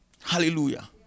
Hallelujah